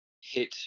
hit